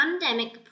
pandemic